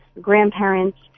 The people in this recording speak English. grandparents